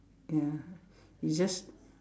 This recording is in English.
ya you just